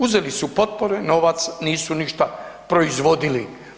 Uzeli su potpore, novac, nisu ništa proizvodili.